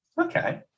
okay